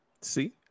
See